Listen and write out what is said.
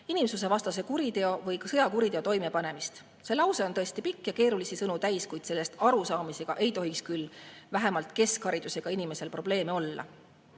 inimsusevastase kuriteo või sõjakuriteo toimepanemist." See lause on tõesti pikk ja keerulisi sõnu täis, kuid sellest arusaamisega ei tohiks küll vähemalt keskharidusega inimesel probleeme olla.